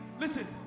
listen